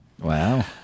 Wow